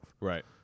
Right